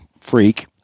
freak